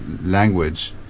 language